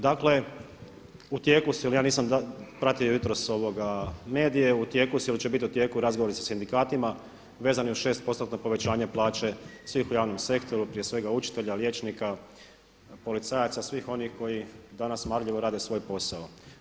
Dakle, u tijeku su, jer ja nisam pratio jutros medije, u tijeku su ili će biti u tijeku razgovori sa sindikatima vezani uz 6%tno povećanje plaće svih u javnom sektoru prije svega učitelja, liječnika, policajaca, svih onih koji danas marljivo rade svoj posao.